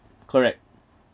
correct